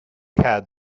had